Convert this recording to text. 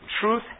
truth